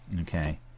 Okay